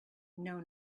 know